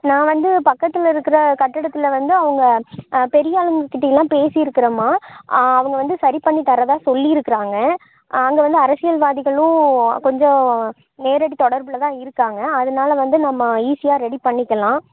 நான் வந்து பக்கத்தில் இருக்கிற கட்டடத்தில் வந்து அவங்க பெரிய ஆளுங்கக்கிட்டேலாம் பேசியிருக்கிறேம்மா அவங்க வந்து சரி பண்ணி தரதா சொல்லியிருக்கறாங்க அங்கே வந்து அரசியல் வாதிகளும் கொஞ்சம் நேரடி தொடர்பில் தான் இருக்காங்க அதனால வந்து நம்ம ஈஸியாக ரெடி பண்ணிக்கலாம்